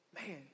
man